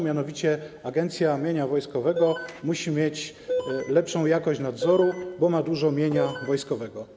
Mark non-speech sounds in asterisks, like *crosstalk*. Mianowicie: Agencja Mienia Wojskowego *noise* musi mieć lepszą jakość nadzoru, bo ma dużo mienia wojskowego.